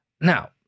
Now